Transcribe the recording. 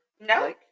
No